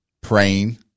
praying